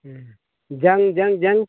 ᱦᱮᱸ ᱡᱟᱝ ᱡᱟᱝ ᱡᱟᱝ